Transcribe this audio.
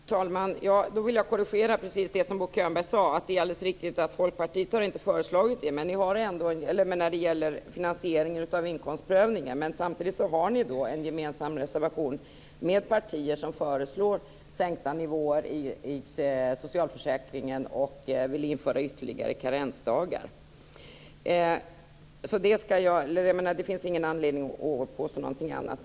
Fru talman! Jag vill korrigera det som Bo Könberg sade. Det är alldeles riktigt att Folkpartiet inte har föreslagit finansieringen av inkomstprövningen, men samtidigt har ni en gemensam reservation med partier som föreslår sänkta nivåer i socialförsäkringen och vill införa ytterligare karensdagar. Bo Könberg har helt rätt, och det finns inte någon anledning att påstå någonting annat.